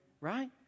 right